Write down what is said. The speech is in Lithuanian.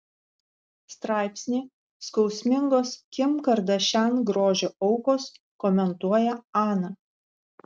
straipsnį skausmingos kim kardashian grožio aukos komentuoja ana